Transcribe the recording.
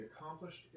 accomplished